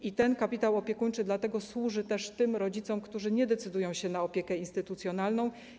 Dlatego ten kapitał opiekuńczy służy też tym rodzicom, którzy nie decydują się na opiekę instytucjonalną.